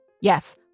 Yes